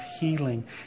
healing